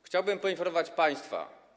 Chciałbym poinformować państwa.